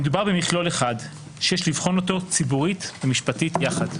מדובר במכלול אחד שיש לבחון אותו ציבורית ומשפטית יחד.